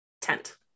tent